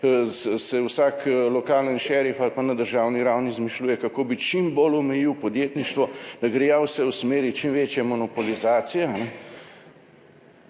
se vsak lokalni šerif ali pa na državni ravni izmišljuje, kako bi čim bolj omejil podjetništvo, da gre ja vse v smeri čim večje monopolizacije,